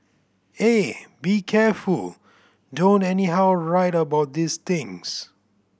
eh be careful don't anyhow write about these things